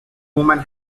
woman